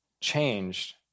changed